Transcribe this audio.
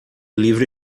livro